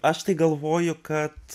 aš tai galvoju kad